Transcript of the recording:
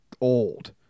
old